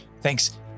Thanks